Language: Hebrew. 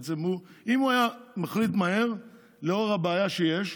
בעצם, אם הוא היה מחליט מהר, לנוכח הבעיה שיש,